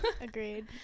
Agreed